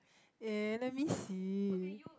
eh let me see